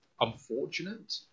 Unfortunate